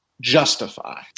justify